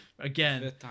Again